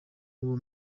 uwo